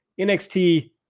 NXT